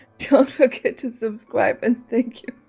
don't forget to subscribe and thank you